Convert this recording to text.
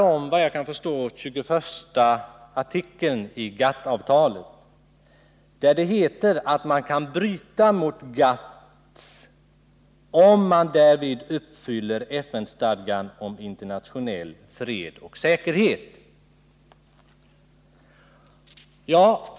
Såvitt jag förstår rör det sig om artikel XXI i GATT-avtalet, där det står att man kan bryta mot GATT-avtalet, om man därvid uppfyller FN-stadgan om internationell fred och säkerhet.